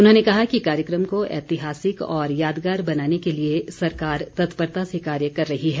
उन्होंने कहा कि कार्यक्रम को ऐतिहासिक और यादगार बनाने के लिए सरकार तत्परता से कार्य कर रही है